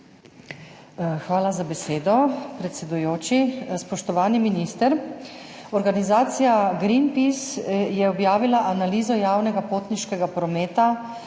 Hvala za besedo, predsedujoči. Spoštovani minister! Organizacija Greenpeace je objavila analizo javnega potniškega prometa